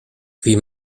wie